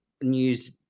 news